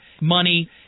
money